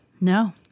No